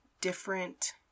different